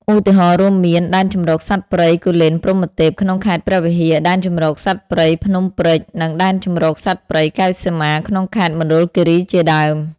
ឧទាហរណ៍ រួមមាន ដែនជម្រកសត្វព្រៃគូលែនព្រហ្មទេព ក្នុងខេត្តព្រះវិហារ ដែនជម្រកសត្វព្រៃភ្នំព្រេច និង ដែនជម្រកសត្វព្រៃកែវសីមា ក្នុងខេត្តមណ្ឌលគិរីជាដើម។